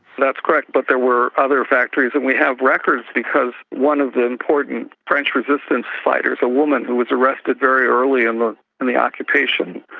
that's correct, but there were other factories, and we have records because one of the important french resistance fighters, a woman who was arrested very early and in the occupation,